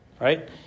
right